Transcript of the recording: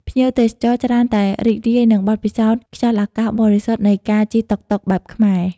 ភ្ញៀវទេសចរច្រើនតែរីករាយនឹងបទពិសោធន៍ខ្យល់អាកាសបរិសុទ្ធនៃការជិះតុកតុកបែបខ្មែរ។